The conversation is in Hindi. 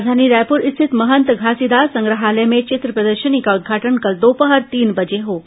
राजधानी रायपुर स्थित महंत घासीदास संग्रहालय में चित्र प्रदर्शनी का उद्घाटन कल दोपहर तीन बजे होगा